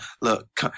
look